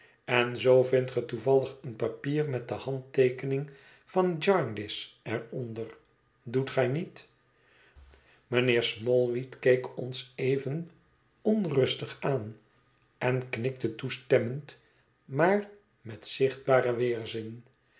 en zoo vindt ge toevallig een papier met de handteekening van jarndyce er onder doet gij niet mijnheer smallweed keek ons even onrustig aan en knikte toestemmend maar met zichtbaren weerzin